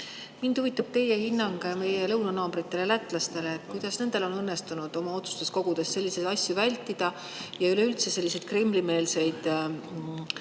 Mind huvitab teie hinnang meie lõunanaabritele lätlastele. Kuidas neil on õnnestunud oma otsustuskogudes selliseid asju vältida? Üleüldse on nad Kremli-meelseid